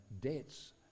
debts